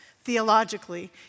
theologically